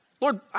Lord